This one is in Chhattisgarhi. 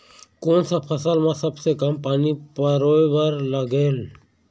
कोन सा फसल मा सबले कम पानी परोए बर लगेल?